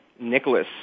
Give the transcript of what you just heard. Nicholas